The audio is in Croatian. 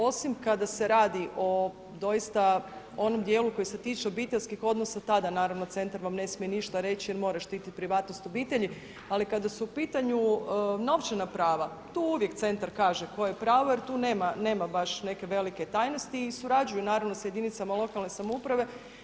Osim kada se radi doista o onom dijelu koji se tiče obiteljskih odnosa tada naravno centar vam ne smije ništa reći jer mora štititi privatnost obitelji, ali kada su u pitanju novčana prava, tu uvijek centar kaže koje pravo jer tu nema baš neke velike tajnosti i surađuju naravno sa jedinicama lokalne samouprave.